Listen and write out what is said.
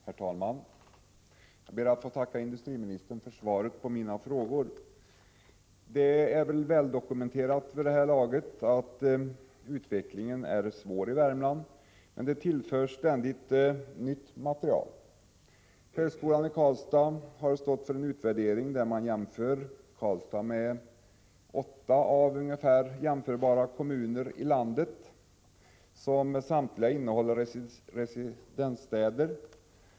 Herr talman! Jag ber att få tacka industriministern för svaret på mina frågor. Det är vid det här laget väldokumenterat att situationen i Värmland är svår, men det tillförs ständigt nya uppgifter till det material som föreligger. Högskolan i Karlstad har stått för en utvärdering där man ställer Karlstad mot åtta ungefär jämförbara kommuner i landet, som samtliga är residensstäder.